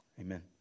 Amen